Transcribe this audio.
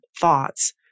thoughts